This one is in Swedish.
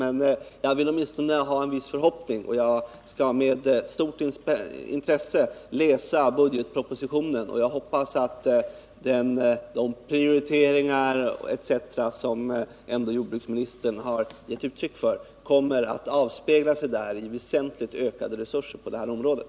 Men jag vill åtminstone hysa en viss förhoppning. Jag skall med stort intresse läsa budgetpropositionen, och jag hoppas att de prioriteringar etc. som jordbruksministern ändå gett uttryck för kommer att avspegla sig där i väsentligt ökade resurser på det här området.